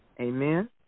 Amen